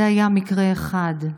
זה היה מקרה אחד.